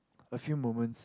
a few moments